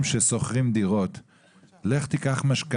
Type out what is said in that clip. שקלים ואגף השיקום או משרד הביטחון או ממשלת